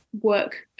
work